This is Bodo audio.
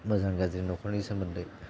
मोजां गाज्रि न'खरनि सोमोन्दै